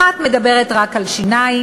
אחת מדברת רק על שיניים,